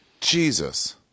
Jesus